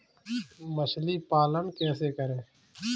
मछली पालन कैसे करें?